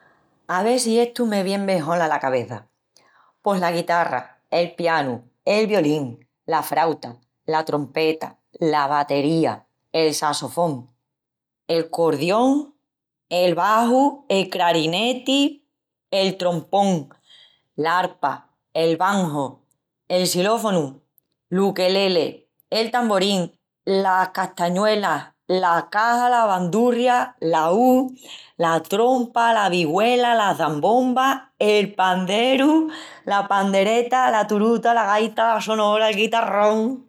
Ave si estu me vien mejol ala cabeça: pos la quitarra, el pianu, el violín, la frauta, la trompeta, la batería, el sassofón, el cordión, el baxu, el crarineti, el trompón, l'arpa, el banjo, el silofonu, l'ukelele, el tamboril, las castañuelas, la caxa, la bandurria, la ú, la trompa, la vigüela, la çambomba, el panderu, la pandereta, la turuta, la gaita, la sonora, el quitarrón,...